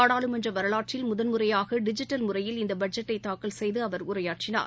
நாடாளுமன்ற வரவாற்றில் முதல் முறையாக டிஜிட்டல் முறையில் இந்த பட்ஜெட்டை தாக்கல் செய்து அவா் உரையாற்றினார்